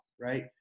right